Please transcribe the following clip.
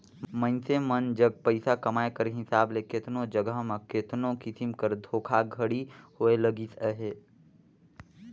मइनसे मन जग पइसा कमाए कर हिसाब ले केतनो जगहा में केतनो किसिम कर धोखाघड़ी होए लगिस अहे